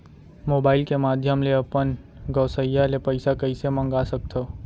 Mobile के माधयम ले अपन गोसैय्या ले पइसा कइसे मंगा सकथव?